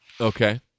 Okay